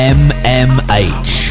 mmh